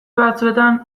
batzuetan